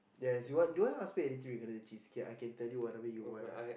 yes you want do you want to ask me anything regarding the cheesecake I can tell you whatever you want